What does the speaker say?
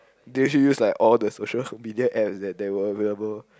they actually use like all the social media apps that were available